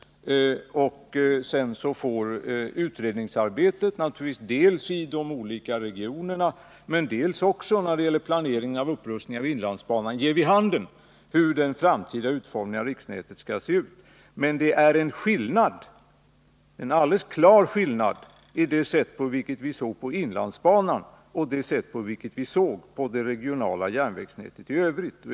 Sedan får naturligtvis utredningsarbetet, dels i de olika regionerna, dels också när det gäller planeringen av upprustningen av inlandsbanan, ge vid handen hur den framtida utformningen av riksnätet skall se ut. Men det är en klar skillnad mellan det sätt på vilket vi såg på inlandsbanan och det sätt på vilket vi såg på det regionala järnvägsnätet i övrigt.